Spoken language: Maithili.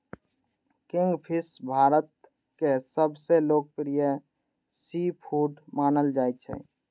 किंगफिश भारतक सबसं लोकप्रिय सीफूड मानल जाइ छै